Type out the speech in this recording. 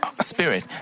spirit